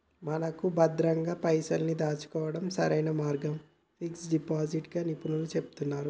మనకు భద్రంగా పైసల్ని దాచుకోవడానికి సరైన మార్గం ఫిక్స్ డిపాజిట్ గా నిపుణులు చెబుతున్నారు